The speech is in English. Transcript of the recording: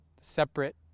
separate